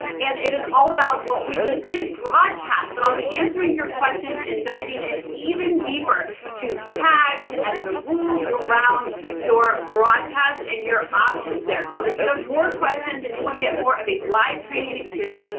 and it is all about what we just did broadcast. but i'll be answering your questions and diving in even deeper to tags and the rules around your broadcast and your options there. so if you have more questions and you want to get more of a live training experience,